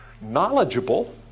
knowledgeable